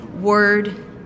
word